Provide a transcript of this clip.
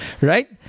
right